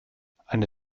eine